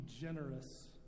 generous